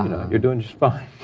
you're doing just fine.